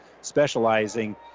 specializing